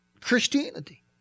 Christianity